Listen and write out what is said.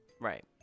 Right